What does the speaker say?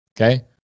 Okay